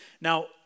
Now